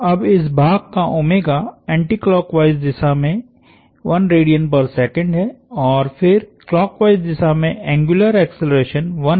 अब इस भाग का एंटीक्लॉकवाईस दिशा में है और फिर क्लॉकवाईस दिशा में एंग्युलर एक्सेलरेशनहै